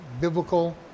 biblical